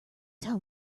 tell